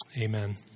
Amen